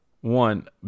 One